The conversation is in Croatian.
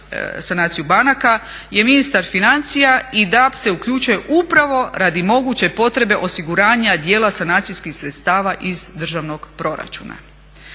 sanaciju banaka je ministar financija i DAB se uključuje upravo radi moguće potrebe osiguranja dijela sanacijskih sredstava iz državnog proračuna.